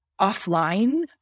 offline